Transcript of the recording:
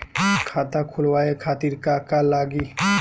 खाता खोलवाए खातिर का का लागी?